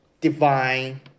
divine